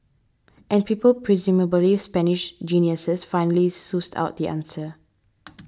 and people presumably Spanish geniuses finally sussed out the answer